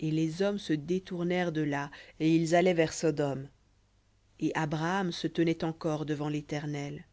et les hommes se détournèrent de là et ils allaient vers sodome et abraham se tenait encore devant léternel